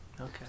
Okay